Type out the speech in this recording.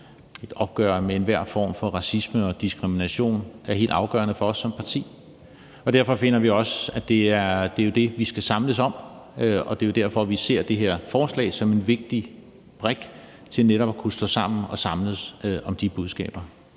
og opgør med enhver form for racisme og diskrimination er helt afgørende for os som parti, og derfor finder vi også, at det er det, vi skal samles om. Det er jo derfor, vi ser det her forslag som en vigtig brik til netop at kunne stå sammen og samles om de budskaber.